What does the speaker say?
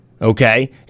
okay